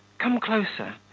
come closer.